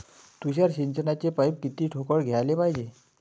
तुषार सिंचनाचे पाइप किती ठोकळ घ्याले पायजे?